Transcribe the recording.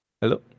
Hello